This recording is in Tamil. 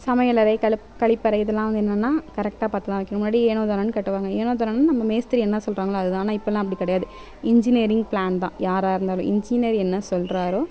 சமையலறை கழிப் கழிப்பறை இதெலாம் வந்து என்னென்னா கரெக்டாக பார்த்துதான் வைக்கணும் முன்னாடி ஏனோ தானோன்னு கட்டுவாங்க ஏனோ தானோன்னு நம்ம மேஸ்திரி என்ன சொல்கிறாங்களோ அதுதான் இப்பெல்லாம் அப்படி கிடையாது இன்ஜினியரிங் பிளான் தான் யாராக இருந்தாலும் இன்ஜினியர் என்ன சொல்கிறாரோ